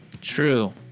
True